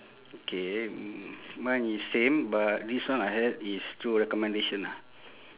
okay mine is same but this one I had is through recommendation ah